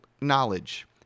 knowledge